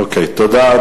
תודה.